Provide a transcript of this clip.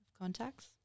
Contacts